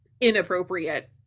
inappropriate